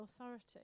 authority